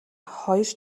хоёр